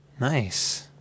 nice